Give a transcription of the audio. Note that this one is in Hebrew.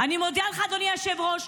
אני מודיעה לך אדוני היושב-ראש,